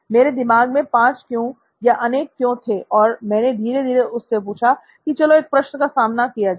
मेरे दिमाग में "5 क्यों" या "अनेक क्यों" थे और मैंने धीरे धीरे उससे पूछा कि चलो एक प्रश्न का सामना किया जाए